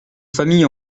familles